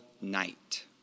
night